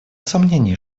сомнений